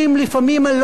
של תקשורת,